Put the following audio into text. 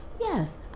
Yes